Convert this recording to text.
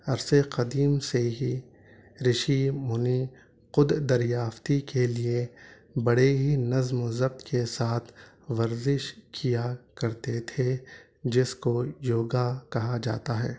عرصۂ قدیم سے ہی رشی منی خود دریافتی کے لیے بڑے ہی نظم و ضبط کے ساتھ ورزش کیا کرتے تھے جس کو یوگا کہا جاتا ہے